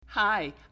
Hi